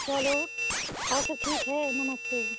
चलो और सब ठीक है नमस्ते